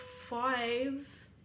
five